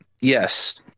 yes